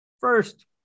First